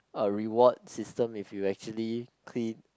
a reward system if you actually clean